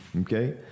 Okay